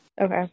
Okay